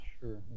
Sure